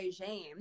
regime